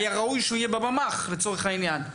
היה ראוי שהוא יהיה בממ"ח, לצורך העניין.